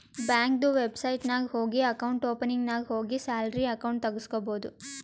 ಬ್ಯಾಂಕ್ದು ವೆಬ್ಸೈಟ್ ನಾಗ್ ಹೋಗಿ ಅಕೌಂಟ್ ಓಪನಿಂಗ್ ನಾಗ್ ಹೋಗಿ ಸ್ಯಾಲರಿ ಅಕೌಂಟ್ ತೆಗುಸ್ಕೊಬೋದು